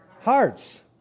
Hearts